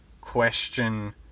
question